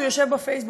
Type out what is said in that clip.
הוא יושב בפייסבוק,